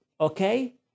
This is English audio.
okay